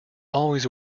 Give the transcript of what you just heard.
always